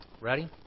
Ready